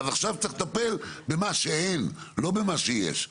אז עכשיו צריך לטפל במה שאין, לא במה שיש.